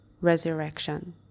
Resurrection